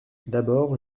d’abord